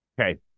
Okay